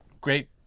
great